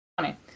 Funny